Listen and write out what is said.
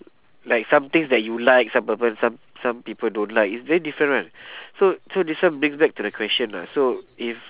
like some things that you like some people some some people don't like it's very different [one] so so this one brings back to the question ah so if